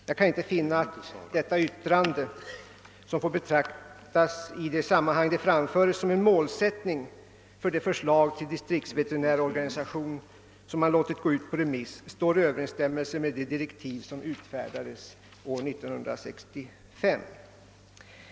Jag kan inte finna att detta yttrande — som i det sammanhang det framfördes får betraktas som en målsättning för de förslag till distriktsveterinärorganisation som man låtit gå ut på remiss — står i överensstämmelse "med de direktiv som utfärdades år 1965.